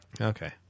Okay